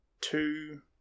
two